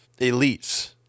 elites